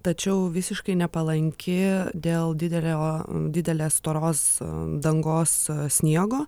tačiau visiškai nepalanki dėl didelio didelės storos dangos sniego